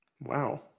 Wow